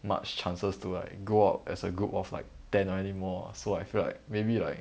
much chances to like go out as a group of like ten anymore so I felt that maybe like